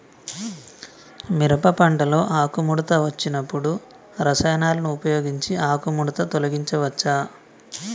మిరప పంటలో ఆకుముడత వచ్చినప్పుడు రసాయనాలను ఉపయోగించి ఆకుముడత తొలగించచ్చా?